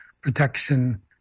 protection